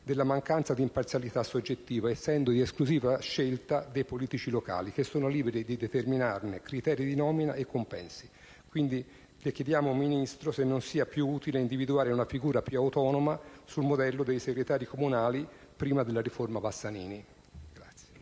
della mancanza d'imparzialità soggettiva, essendo di esclusiva scelta dei politici locali, che sono liberi di determinarne criteri di nomina e compensi. Le chiediamo, Ministro, se non sia più utile individuare una figura più autonoma, sul modello dei segretari comunali prima della riforma Bassanini.